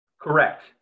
Correct